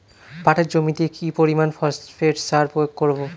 পাটের জমিতে কি পরিমান ফসফেট সার প্রয়োগ করব?